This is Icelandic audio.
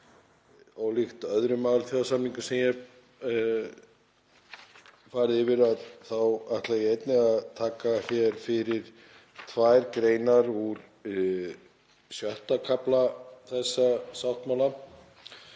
Ólíkt öðrum alþjóðasamningum sem ég hef farið yfir þá ætla ég einnig að taka hér fyrir tvær greinar úr VI. kafla þessa sáttmála